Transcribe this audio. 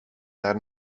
naar